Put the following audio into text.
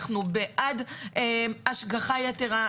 אנחנו בעד השגחה יתרה,